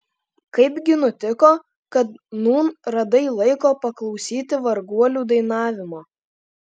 kaipgi nutiko kad nūn radai laiko paklausyti varguolių dainavimo